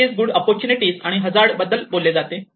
नक्कीच good opportunities आणि hazard बद्दल बोलले जाते